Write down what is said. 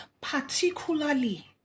particularly